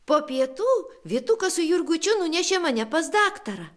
po pietų vytukas su jurgučiu nunešė mane pas daktarą